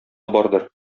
бардыр